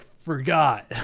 forgot